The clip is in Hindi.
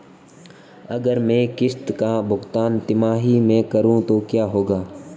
अगर मैं किश्त का भुगतान तिमाही में करूं तो क्या होगा?